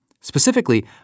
Specifically